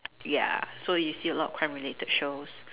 ya so you see a lot of crime related shows